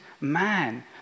man